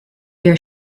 your